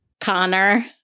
Connor